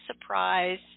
surprise